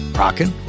rockin